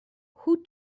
who